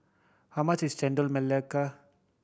how much is Chendol Melaka